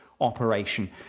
operation